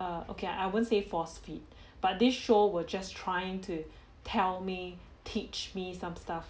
err okay I won't say force feed but this show were just trying to tell me teach me some stuff